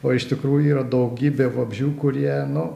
o iš tikrųjų yra daugybė vabzdžių kurie nu